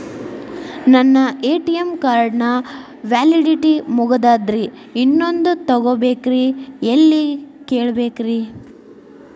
ನನ್ನ ATM card ನ validity ಮುಗದದ್ರಿ ಇನ್ನೊಂದು ತೊಗೊಬೇಕ್ರಿ ಎಲ್ಲಿ ಕೇಳಬೇಕ್ರಿ?